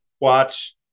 watch